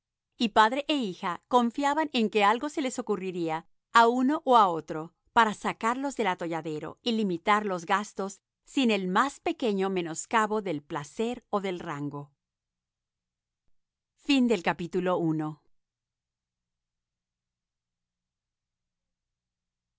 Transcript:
y padre e hija confiaban en que algo se les ocurriría a uno o a otro para sacarlos del atolladero y limitar los gastos sin el más pequeño menoscabo del placer o del rango capitulo ii